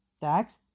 tax